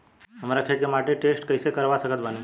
हमरा खेत के माटी के टेस्ट कैसे करवा सकत बानी?